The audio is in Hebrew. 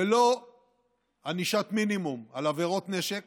ללא ענישת מינימום על עבירות נשק